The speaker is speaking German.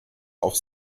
auf